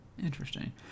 Interesting